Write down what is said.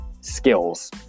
skills